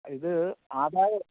ഇത് ആദായം